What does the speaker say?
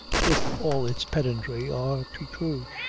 with all its pedantry, are too true.